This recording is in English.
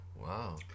Wow